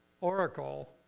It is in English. oracle